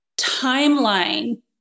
timeline